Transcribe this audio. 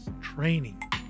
training